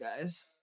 guys